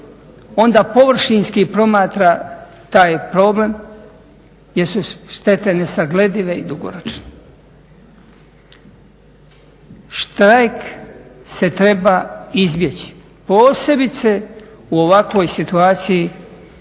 onda površinski promatra taj problem, jer su štete nesagledive i dugoročne. Štrajk se treba izbjeći posebice u ovakvoj situaciji